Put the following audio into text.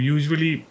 Usually